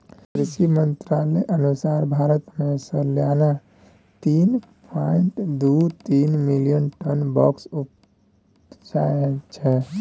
कृषि मंत्रालयक अनुसार भारत मे सलियाना तीन पाँइट दु तीन मिलियन टन बाँसक उपजा छै